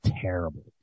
terrible